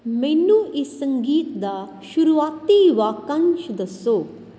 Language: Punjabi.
ਮੈਨੂੰ ਇਸ ਸੰਗੀਤ ਦਾ ਸ਼ੁਰੂਆਤੀ ਵਾਕਾਂਸ਼ ਦੱਸੋ